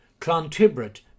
Clontibret